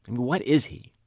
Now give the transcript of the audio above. what is he?